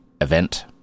event